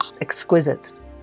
exquisite